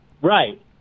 Right